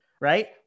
right